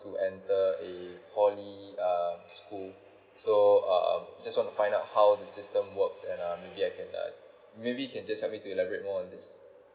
to enter a poly uh school so um just want to find out how the system works and uh maybe I can uh maybe you can just help me to elaborate more on this